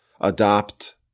adopt